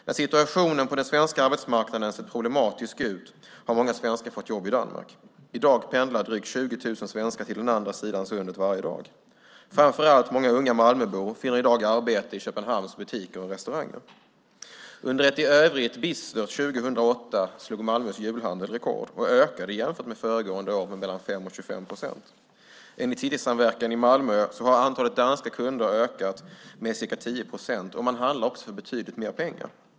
När situationen på den svenska arbetsmarknaden sett problematisk ut har många svenskar fått jobb i Danmark. Varje dag pendlar drygt 20 000 svenskar till andra sidan Sundet. Framför allt många unga Malmöbor finner i dag arbete i Köpenhamns butiker och restauranger. Under ett i övrigt bistert 2008 slog Malmös julhandel rekord och ökade jämfört med föregående år med 5-25 procent. Enligt Citysamverkan i Malmö har antalet danska kunder ökat med ca 10 procent. Man handlar också för betydligt mer pengar.